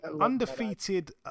Undefeated